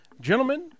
Gentlemen